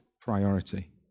priority